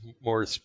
more